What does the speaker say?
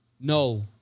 No